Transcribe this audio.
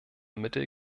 mittel